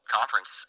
Conference